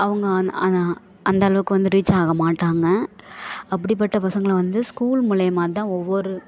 அவங்க அந்த அளவுக்கு வந்து ரீச் ஆகமாட்டாங்க அப்படிப்பட்ட பசங்களை வந்து ஸ்கூல் மூலமா தான் ஒவ்வொரு